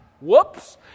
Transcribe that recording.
Whoops